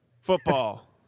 Football